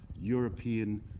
European